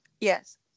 Yes